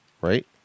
Right